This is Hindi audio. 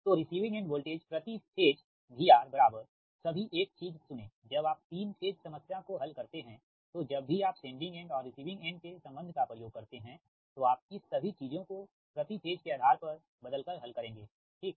तो रिसिविंग एंड वोल्टेज प्रति फेज VR बराबर सभी एक चीज सुने जब आप तीन फेज समस्या को हल करते है तो जब भी आप सेंडिंग एंड और रिसीविंग एंड के संबंध का प्रयोग करते है तो आप इस सभी चीज को प्रति फेज के आधार पर बदलकर हल करोगे ठीक है